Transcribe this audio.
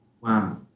Wow